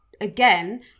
again